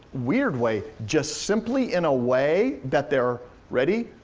weird way. just simply in a way that they're, ready?